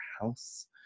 house